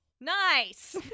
Nice